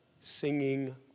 singing